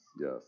Yes